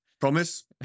Promise